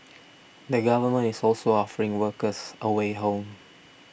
the government is also offering workers a way home